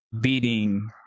beating